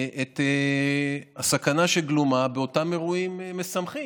את הסכנה שגלומה באותם אירועים משמחים.